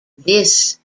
this